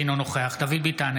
אינו נוכח דוד ביטן,